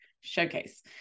Showcase